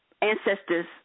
ancestors